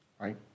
right